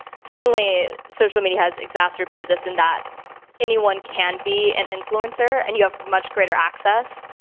certainly, social media has exacerbated this and that anyone can be an influencer. and you have much greater access.